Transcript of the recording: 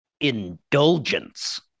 indulgence